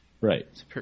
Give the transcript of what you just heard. Right